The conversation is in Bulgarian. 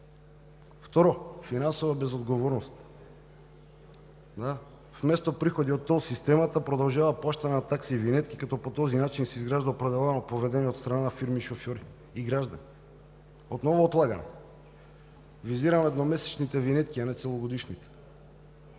Второ, финансова безотговорност. Вместо приходи от тол системата, продължава плащане на такси и винетки, като по този начин се изграждат правила на поведение от страна на фирми, шофьори и граждани. Отново отлагане. Визирам едномесечните винетки, а не целогодишните.